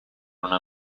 una